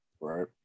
Right